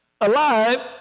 alive